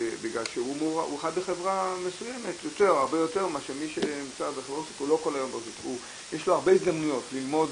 בגלל שהוא חי בחברה מסוימת מאשר מי שנמצא ויש לו הרבה הזדמנויות ללמוד,